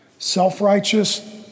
self-righteous